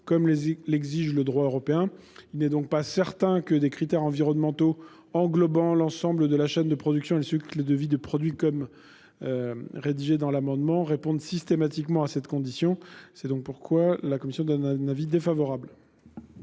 comme l'exige le droit européen. Il n'est donc pas certain que des critères environnementaux englobant l'ensemble de la chaîne de production et le cycle de vie du produit répondent systématiquement à cette condition. C'est pourquoi la commission émet un avis défavorable